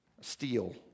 steel